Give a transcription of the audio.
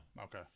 Okay